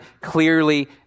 clearly